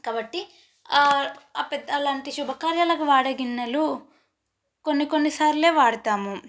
కాబట్టి ఆ పెద్ద అలాంటి శుభకార్యాలకు వాడే గిన్నెలు కొన్ని కొన్ని సార్లు వాడుతాము